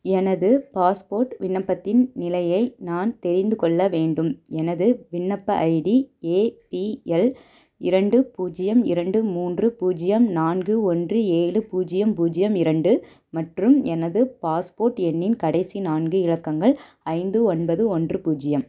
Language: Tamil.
எனது பாஸ்போர்ட் விண்ணப்பத்தின் நிலையை நான் தெரிந்து கொள்ள வேண்டும் எனது விண்ணப்ப ஐடி ஏபிஎல் இரண்டு பூஜ்ஜியம் இரண்டு மூன்று பூஜ்ஜியம் நான்கு ஒன்று ஏழு பூஜ்ஜியம் பூஜ்ஜியம் இரண்டு மற்றும் எனது பாஸ்போர்ட் எண்ணின் கடைசி நான்கு இலக்கங்கள் ஐந்து ஒன்பது ஒன்று பூஜ்ஜியம்